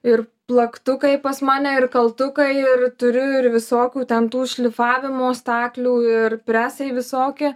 ir plaktukai pas mane ir kaltukai ir turiu ir visokių ten tų šlifavimo staklių ir presai visokie